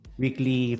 weekly